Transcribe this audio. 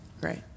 great